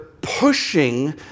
pushing